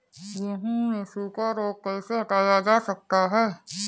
गेहूँ से सूखा रोग कैसे हटाया जा सकता है?